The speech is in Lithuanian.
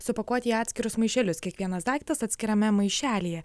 supakuoti į atskirus maišelius kiekvienas daiktas atskirame maišelyje